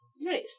Nice